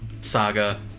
saga